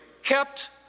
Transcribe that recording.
kept